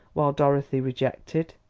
while dorothy rejected,